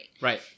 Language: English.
Right